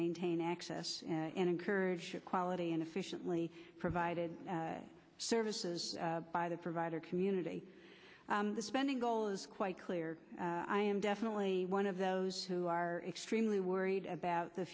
maintain access encourage quality and efficiently provided services by the provider community the spending goal is quite clear i am definitely one of those who are extremely worried about the